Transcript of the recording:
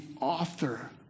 author